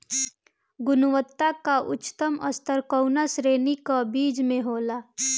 गुणवत्ता क उच्चतम स्तर कउना श्रेणी क बीज मे होला?